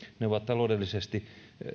ne ovat taloudellisesti